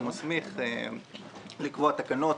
או מסמיך לקבוע תקנות,